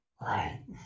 Right